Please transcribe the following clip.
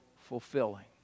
fulfilling